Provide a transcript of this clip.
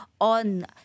on